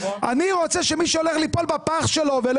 אני רוצה שמי שהולך ליפול בפח שלו ולא